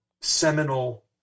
seminal